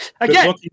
Again